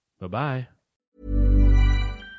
Bye-bye